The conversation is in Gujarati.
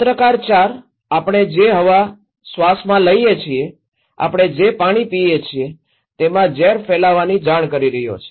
પત્રકાર ૪ આપણે જે હવા શ્વાસ લઈએ છીએ આપણે જે પાણી પીએ છીએ તેમાં ઝેર ફેલાવવાની જાણ કરી રહયો છે